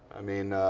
i mean,